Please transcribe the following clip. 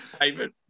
David